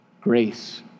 Grace